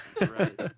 Right